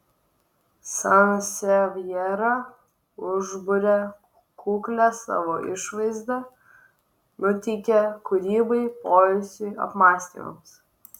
sansevjera užburia kuklia savo išvaizda nuteikia kūrybai poilsiui apmąstymams